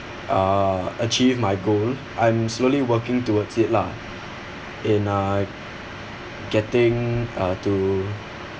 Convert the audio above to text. uh achieve my goal I'm slowly working towards it lah in uh getting uh to